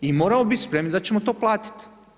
I moramo biti spremni da ćemo to platiti.